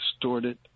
distorted